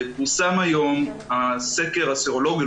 פורסם היום הסקר הסרולוגי,